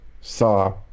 saw